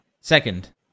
Second